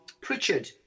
Pritchard